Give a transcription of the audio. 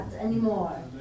anymore